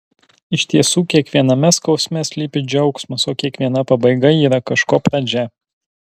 iš tiesų kiekviename skausme slypi džiaugsmas o kiekviena pabaiga yra kažko pradžia